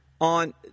on